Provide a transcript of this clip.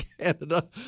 Canada